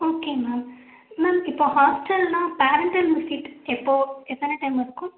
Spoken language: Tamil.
ஓகே மேம் மேம் இப்போ ஹாஸ்ட்டல்ன்னா பேரன்ட்டல் விசிட் எப்போ எத்தனை டைம் இருக்கும்